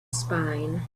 spine